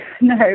No